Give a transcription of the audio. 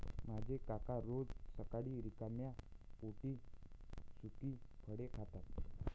माझे काका रोज सकाळी रिकाम्या पोटी सुकी फळे खातात